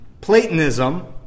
Platonism